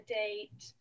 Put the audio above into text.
date